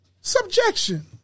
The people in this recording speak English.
Subjection